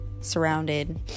surrounded